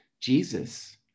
Jesus